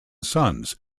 sons